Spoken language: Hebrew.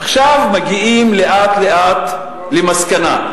עכשיו מגיעים לאט-לאט למסקנה,